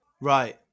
right